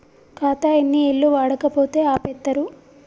ఖాతా ఎన్ని ఏళ్లు వాడకపోతే ఆపేత్తరు?